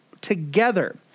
together